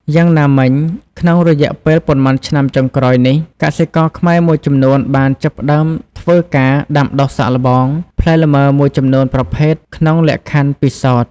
យ៉ាងណាមិញ ក្នុងរយៈពេលប៉ុន្មានឆ្នាំចុងក្រោយនេះ កសិករខ្មែរមួយចំនួនបានចាប់ផ្តើមធ្វើការ ដាំដុះសាកល្បង ផ្លែលម៉ើមួយចំនួនប្រភេទក្នុងលក្ខខណ្ឌពិសោធន៍។